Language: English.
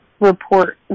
report